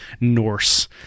Norse